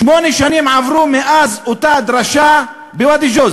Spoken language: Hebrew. שמונה שנים עברו מאז אותה הדרשה בוואדי-ג'וז.